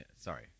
Sorry